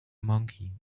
monkey